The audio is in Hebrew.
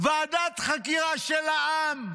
ועדת חקירה של העם.